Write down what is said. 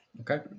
Okay